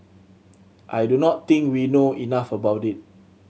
I do not think we know enough about it